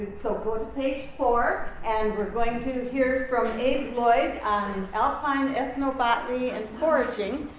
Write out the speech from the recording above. so go to page four. and we're going to hear from abe lloyd on alpine ethnobotany and foraging.